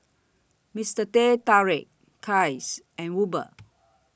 Mister Teh Tarik Kiehl's and Uber